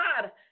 God